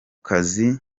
kazi